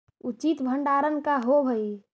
उचित भंडारण का होव हइ?